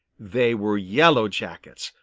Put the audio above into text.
they were yellow jackets,